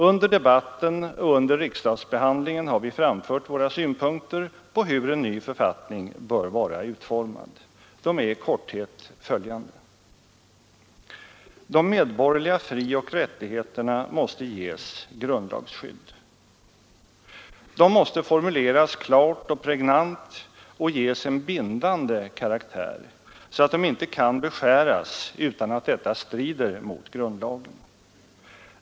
Under debatten och under riksdagsbehandlingen har vi framfört våra synpunkter på hur en ny författning bör vara utformad. De är i korthet följande: De medborgerliga frioch rättigheterna måste ges grundlagsskydd. De måste formuleras klart och pregnant och ges en bindande karaktär, så att de inte kan beskäras utan att detta strider mot grundlagen.